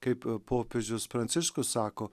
kaip popiežius pranciškus sako